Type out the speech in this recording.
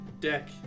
deck